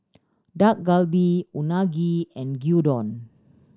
Dak Galbi Unagi and Gyudon